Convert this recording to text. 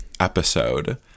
Episode